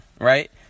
right